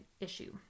issue